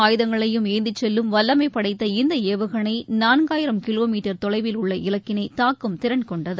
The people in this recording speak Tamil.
ஆயுதங்களையும் ஏந்திச் செல்லும் வல்லமைப்படைத்த இந்தஏவுகணைநான்காயிரம் அமை கிலோமீட்டர் தொலைவில் உள்ள இலக்கினைதாக்கும் திறன் கொண்டது